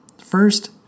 First